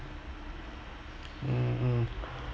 mmhmm